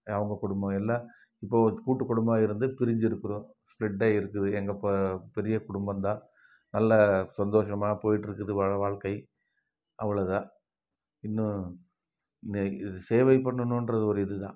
அவங்க குடும்ப எல்லாம் இப்போ கூட்டு குடும்பமாக இருந்து பிரிஞ்சுருக்குறோம் ஸ்ப்ளிடாயிருக்குது எங்கள் ப பெரிய குடும்பம் தான் நல்ல சந்தோஷமாக போயிட்டுருக்குது வா வாழ்க்கை அவ்வளோ தான் இன்னும் நே இது சேவை பண்ணனுன்ற ஒரு இது தான்